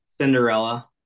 cinderella